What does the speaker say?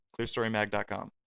Clearstorymag.com